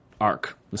arc